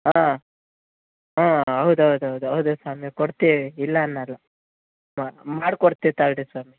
ಹಾಂ ಹ್ಞೂ ಹೌದ್ ಹೌದ್ ಹೌದ್ ಹೌದು ಸ್ವಾಮಿ ಕೊಡ್ತೀವಿ ಇಲ್ಲ ಅನ್ನಲ್ಲ ಮಾಡ್ಕೊಡ್ತಿವಿ ತಾಳಿರಿ ಸ್ವಾಮಿ